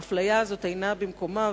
האפליה הזאת אינה במקומה,